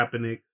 Kaepernick